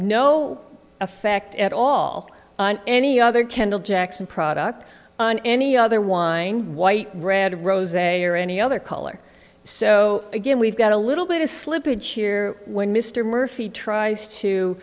no effect at all on any other kendall jackson product and any other wine white red rose a or any other color so again we've got a little bit of slippage here when mr murphy tries to